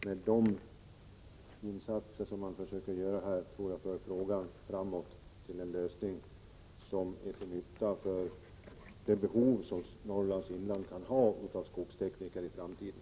Med de insatser man sätter in förs frågan framåt till en lösning som bör täcka det behov som Norrlands inland kan ha av skogstekniker i framtiden.